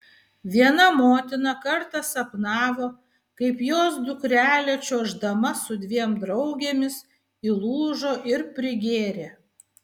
viena motina kartą sapnavo kaip jos dukrelė čiuoždama su dviem draugėmis įlūžo ir prigėrė